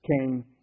came